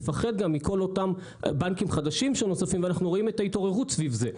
מפחד מכל אותם בנקים חדשים שנוספים ואנחנו רואים את ההתעוררות סביב זה.